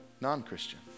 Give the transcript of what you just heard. non-Christian